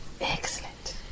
Excellent